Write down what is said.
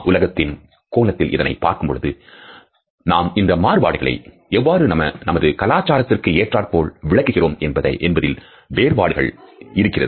நாம் உலகத்தின் கோணத்தில் இதனை பார்க்கும் பொழுது நாம் இந்த மாறுபாடுகளை எவ்வாறு நமது கலாச்சாரத்திற்கு ஏற்றாற்போல் விளக்குகிறோம் என்பதில் வேறுபாடுகள் இருக்கிறது